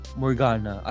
Morgana